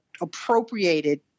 appropriated